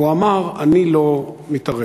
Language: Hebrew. והוא אמר: אני לא מתערב,